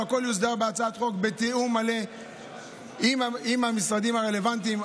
הכול יוסדר בהצעת החוק ובתיאום מלא עם המשרדים הרלוונטיים.